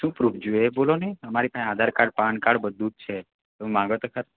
શું પ્રૂફ જોઈએ છે એ બોલો ને અમારી પાસે આધાર કાર્ડ પાન કાર્ડ બધું જ છે તમે માગો તો ખરા